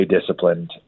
disciplined